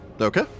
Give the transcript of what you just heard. Okay